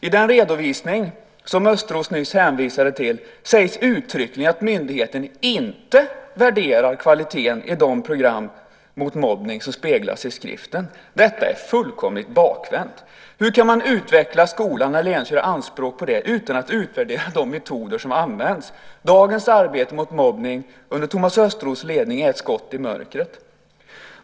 I den redovisning som Thomas Östros nyss hänvisade till sägs uttryckligen att myndigheten inte värderar kvaliteten i de program mot mobbning som speglas i skriften. Detta är fullkomligt bakvänt. Hur kan man utveckla skolan eller ens göra anspråk på det, utan att utvärdera de metoder som används? Dagens arbete mot mobbning under Thomas Östros ledning är ett skott i mörkret.